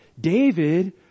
David